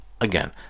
again